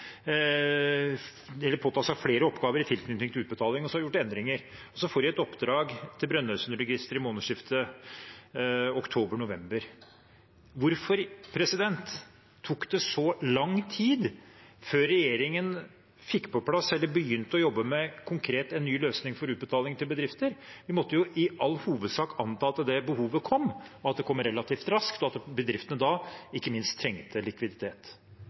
påta seg flere oppgaver i tilknytning til utbetaling. Så har de gjort endringer, og så får de et oppdrag til Brønnøysundregistrene i månedsskiftet oktober–november. Hvorfor tok det så lang tid før regjeringen fikk på plass eller konkret begynte å jobbe med en ny løsning for utbetaling til bedrifter? En måtte jo i all hovedsak anta at det behovet kom, og at det kom relativt raskt, og ikke minst at bedriftene da trengte likviditet.